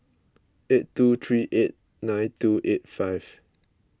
eight two three eight nine two eight five